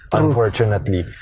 unfortunately